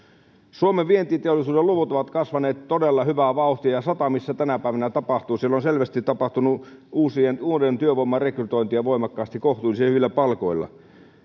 suomen vientiteollisuuden luvut ovat kasvaneet todella hyvää vauhtia ja satamissa tänä päivänä tapahtuu siellä on selvästi tapahtunut uuden työvoiman rekrytointia voimakkaasti kohtuullisen hyvillä palkoilla